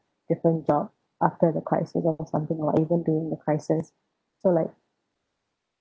different job after the crisis over something like even during the crisis so like